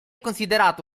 considerata